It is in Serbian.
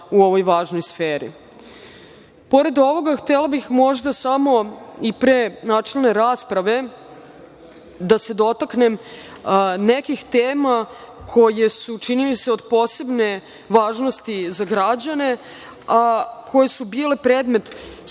u ovoj važnoj sferi. Pored ovoga, htela bih samo i pre načelne rasprave da se dotaknem nekih tema koje su, čini mi se, od posebne važnosti za građane, a koje su bile predmet